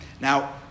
now